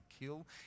kill